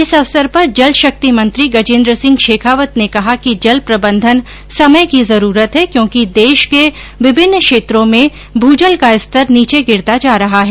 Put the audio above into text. इस अवसर पर जल शक्ति मंत्री गजेन्द्र सिंह शेखावत ने कहा कि जल प्रबंधन समय की जरूरत है क्योंकि देश के विभिन्न क्षेत्रों में भूजल का स्तर नीचे गिरता जा रहा है